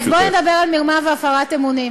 גברתי השרה, תדברי על מרמה והפרת אמונים.